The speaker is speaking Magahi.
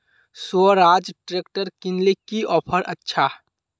स्वराज ट्रैक्टर किनले की ऑफर अच्छा?